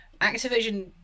activision